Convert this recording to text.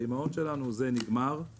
האימהות שלנו זה נגמר,